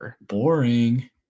boring